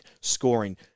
scoring